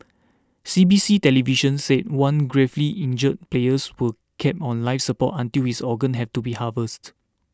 C B C television said one gravely injured player was kept on life support until his organs had to be harvested